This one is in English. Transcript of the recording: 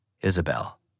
Isabel